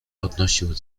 odnosił